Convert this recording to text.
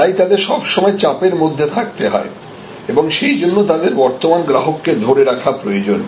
তাই তাদের সব সময় চাপের মধ্যে থাকতে হয় এবং সেইজন্য তাদের বর্তমান গ্রাহককে ধরে রাখা প্রয়োজন